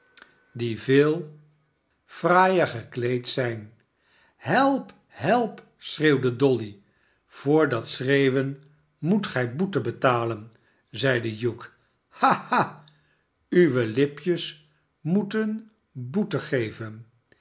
die veel fraaier gekleed zijn help help schreeuwde dolly voor dat schreeuwen moet gij boete betalen zeide hugh ha ha ha uwe lipjes moeten boete geven